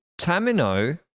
Tamino